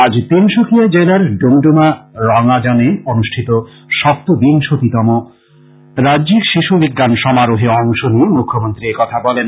আজ তিনসুকিয়া জেলার ডুমড়মা রঙ্গাজানে অনুষ্ঠিত সপ্তবিংশতিতম রাজ্যিক শিশু বিজ্ঞান সমারোহে অংশ নিয়ে মুখ্যমন্ত্রী এ কথা বলেন